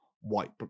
white